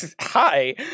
Hi